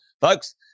folks